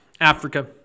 Africa